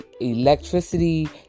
electricity